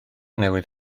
newydd